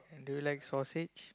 do you like sausage